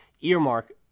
earmark